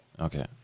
Okay